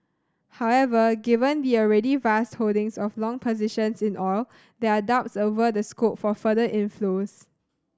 however given the already vast holdings of long positions in oil there are doubts over the scope for further inflows